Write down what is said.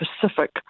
Pacific